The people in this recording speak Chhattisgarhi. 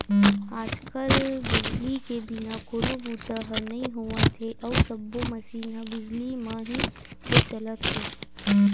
आज कल बिजली के बिना कोनो बूता ह नइ होवत हे अउ सब्बो मसीन ह बिजली म ही तो चलत हे